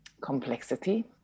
complexity